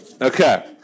Okay